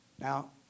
Now